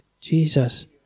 Jesus